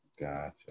Gotcha